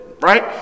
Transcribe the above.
right